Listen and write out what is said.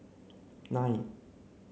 nine